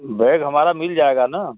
bag हमारा मिल जाएगा ना